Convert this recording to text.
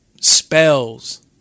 spells